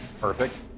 Perfect